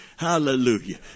Hallelujah